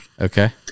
Okay